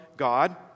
God